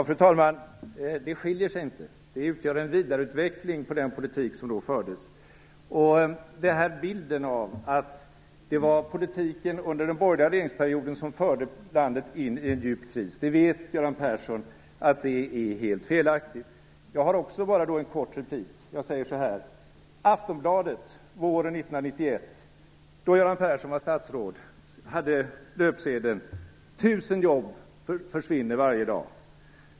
Fru talman! Det skiljer sig inte. Det utgör en vidareutveckling av den politik som då fördes. Bilden av att det var politiken under den borgerliga regeringsperioden som förde landet in i en djup kris vet Göran Persson är helt felaktig. Jag har också bara en kort replik. Aftonbladet hade våren 1991, då Göran Persson var statsråd, på löpsedeln: 1 000 jobb försvinner varje dag.